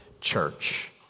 church